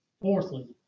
Fourthly